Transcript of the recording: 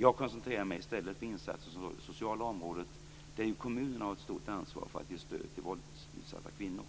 Jag koncentrerar mig i stället på insatser som rör det sociala området, där ju kommunerna har ett stort ansvar för att ge stöd till våldsutsatta kvinnor.